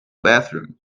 bathroom